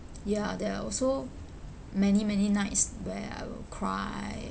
ya there are also many many nights where I will cry